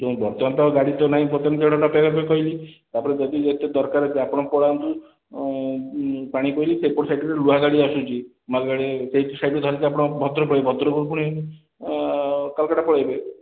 ଶୁଣନ୍ତୁ ବର୍ତ୍ତମାନ ତ ଆଉ ଗାଡ଼ି ତ ନାହିଁ କହିଲି ତା'ପରେ ଯଦି ଏତେ ଦରକାର ଅଛି ଆପଣ ପଳାନ୍ତୁ ପାଣି କୋଇଲି ସେପଟ ସାଇଡ଼୍ରୁ ଲୁହା ଗାଡ଼ି ଆସୁଛି ମାଲ୍ ଗାଡ଼ି ସେଇଠୁ ଧରିକି ଆପଣ ଭଦ୍ରକ ପଳାଇବେ ଭଦ୍ରକରୁ ପୁଣି କାଲ୍କାଟା ପଳାଇବେ